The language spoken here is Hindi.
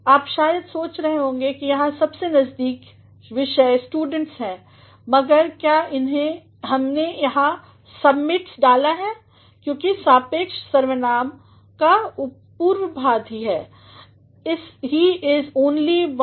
आप शायद सोच रहे होंगे कि यहाँ सबसे नज़दीक विषय स्टूडेंट्स है मगर क्यों हमने यहाँ सब्मिट्स डाला है क्योंकि सापेक्ष सवर्नाम का पूर्वपद ही है he is only one of those students who submit assignments in time